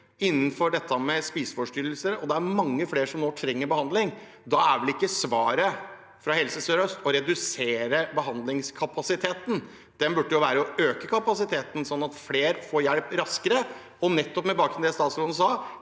innenfor spiseforstyrrelser? Det er mange flere som trenger behandling nå, og da er vel ikke svaret fra Helse sør-øst å redusere behandlingskapasiteten. Det burde være å øke kapasiteten, sånn at flere får hjelp raskere, nettopp med bakgrunn i det statsråden sa